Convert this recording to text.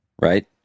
right